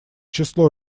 число